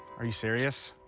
are you serious?